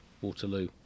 Waterloo